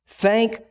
Thank